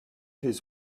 his